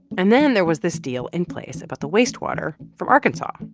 and then there was this deal in place about the wastewater from arkansas.